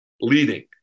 leading